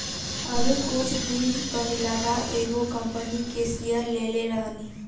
अभी कुछ दिन पहिलवा एगो कंपनी के शेयर लेले रहनी